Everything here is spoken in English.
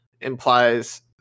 implies